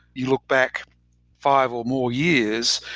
you look back five or more years,